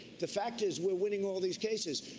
the fact is we're winning all these cases,